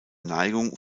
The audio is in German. neigung